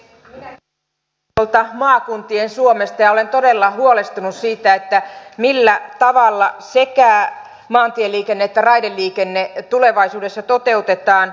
minäkin tulen tuolta maakuntien suomesta ja olen todella huolestunut siitä millä tavalla sekä maantieliikenne että raideliikenne tulevaisuudessa toteutetaan